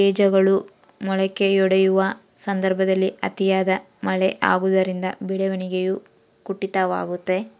ಬೇಜಗಳು ಮೊಳಕೆಯೊಡೆಯುವ ಸಂದರ್ಭದಲ್ಲಿ ಅತಿಯಾದ ಮಳೆ ಆಗುವುದರಿಂದ ಬೆಳವಣಿಗೆಯು ಕುಂಠಿತವಾಗುವುದೆ?